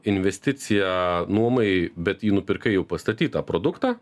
investiciją nuomai bet jį nupirkai jau pastatytą produktą